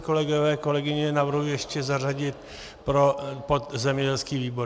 Kolegové, kolegyně, navrhuji ještě zařadit pod zemědělský výbor.